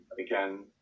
again